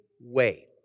wait